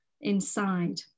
inside